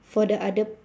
for the other